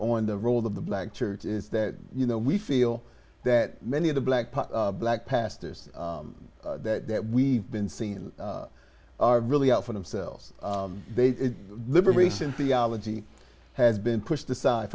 on the role of the black church is that you know we feel that many of the black black pastors that we've been seeing are really out for themselves liberation theology has been pushed aside